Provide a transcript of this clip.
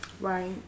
Right